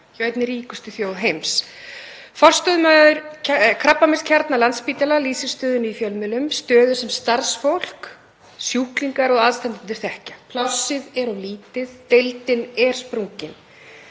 hjá einni ríkustu þjóð heims. Forstöðumaður krabbameinskjarna Landspítala lýsir stöðunni í fjölmiðlum, stöðu sem starfsfólk, sjúklingar og aðstandendur þekkja. Plássið er of lítið. Deildin er sprungin.